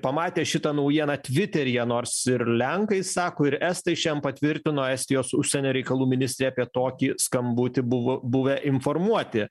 pamatė šitą naujieną tviteryje nors ir lenkai sako ir estai šian patvirtino estijos užsienio reikalų ministrė apie tokį skambutį buvo buvę informuoti